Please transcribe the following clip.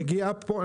ונגיעה פה,